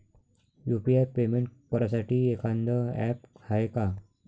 UPI payment करासाठी एखांद app हाय का?